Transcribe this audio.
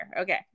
Okay